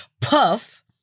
Puff